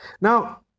Now